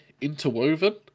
interwoven